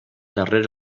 darrere